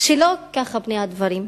שלא כך פני הדברים,